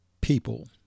people